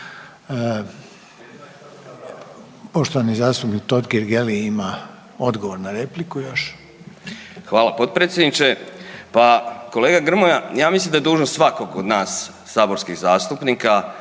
Poštovani zastupnik Totgergeli ima odgovor na repliku još. **Totgergeli, Miro (HDZ)** Hvala potpredsjedniče. Pa kolega Grmoja ja mislim da je dužnost svakog od nas saborskih zastupnika